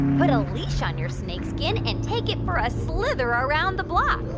put a leash on your snakeskin and take it for a slither around the block.